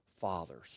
fathers